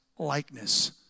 Likeness